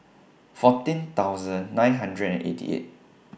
fourteen thousand nine hundred and eighty eight